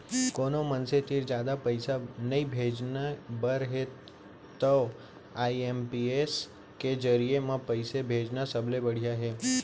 कोनो मनसे तीर जादा पइसा नइ भेजे बर हे तव आई.एम.पी.एस के जरिये म पइसा भेजना सबले बड़िहा हे